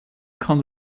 kann